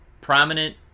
prominent